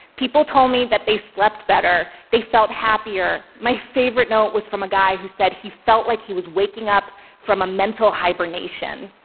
people told me that they slept better. they felt happier. my favorite note was from a guy who said he felt like he was waking up from a mental hibernation.